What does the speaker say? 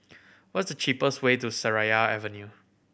what is the cheapest way to Seraya Avenue